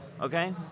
okay